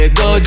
go